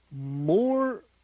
more